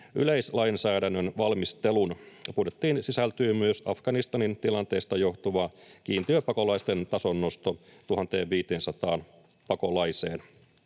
yleislainsäädännön valmistelun. Budjettiin sisältyy myös Afganistanin tilanteesta johtuva kiintiöpakolaisten tason nosto 1 500 pakolaiseen.